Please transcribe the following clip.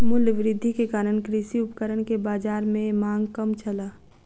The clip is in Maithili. मूल्य वृद्धि के कारण कृषि उपकरण के बाजार में मांग कम छल